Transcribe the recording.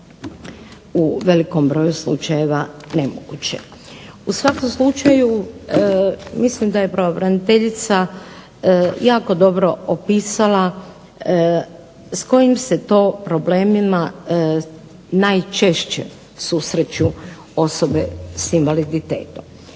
U svakom slučaju mislim da je pravobraniteljica jako dobro opisala s kojim se to problemima najčešće susreću osobe s invaliditetom.